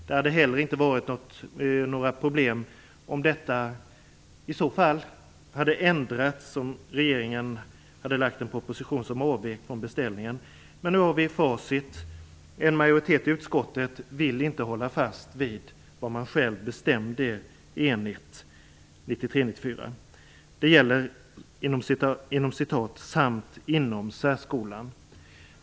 Det hade inte heller varit några problem om detta hade ändrats och regeringen hade lagt en proposition som avvek från beställningen. Men nu har vi fått facit. En majoritet i utskottet vill inte hålla fast vid man själv enigt bestämde 1993/94. Det gäller "samt inom särskolan".